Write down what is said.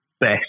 best